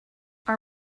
our